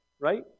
right